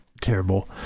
terrible